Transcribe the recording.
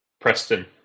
Preston